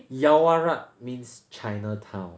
yaowarat means chinatown